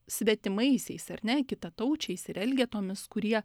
svetimaisiais ar ne kitataučiais ir elgetomis kurie